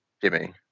Jimmy